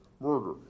murder